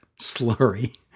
slurry